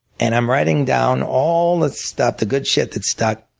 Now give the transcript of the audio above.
and i'm writing down all the stuff, the good shit that stuck.